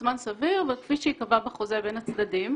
זמן סביר וכפי שייקבע בחוזה בין הצדדים.